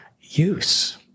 use